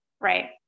Right